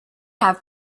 have